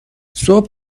صبح